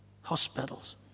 hospitals